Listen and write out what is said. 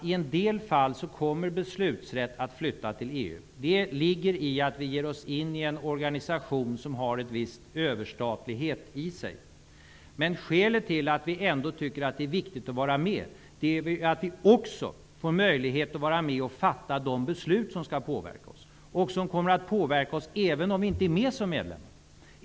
I en del fall kommer beslutsrätt att flytta till EU -- det är sant. Det ligger i att vi ger oss in i en organisation som har en viss överstatlighet. Men skälet till att vi ändå tycker att det är viktigt att vara med är att vi också får möjlighet att vara med och fatta de beslut som skall påverka oss och som kommer att påverka oss även om Sverige inte är medlem.